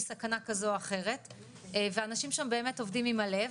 סכנה כזו או אחרת ואנשים שם באמת עובדים עם הלב,